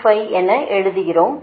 25 என எழுதுகிறோம்